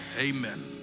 amen